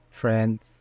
friends